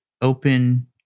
open